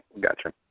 gotcha